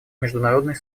международный